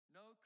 no